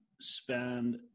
spend